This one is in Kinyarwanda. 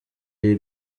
iyi